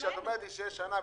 כשאת אומרת לי שיש שנה,